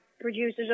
producers